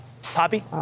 Poppy